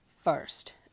first